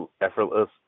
effortless